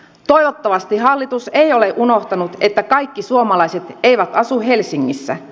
toivottavasti hallitus ei ole unohtanut että kaikki suomalaiset eivät asu helsingissä